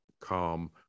calm